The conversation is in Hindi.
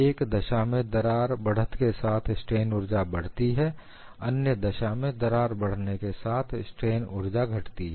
एक दशा में दरार बढ़त के साथ स्ट्रेन ऊर्जा बढ़ती है अन्य दशा में दरार बढ़ने के साथ स्ट्रेन ऊर्जा घटती है